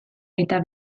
eta